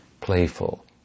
playful